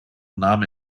nahm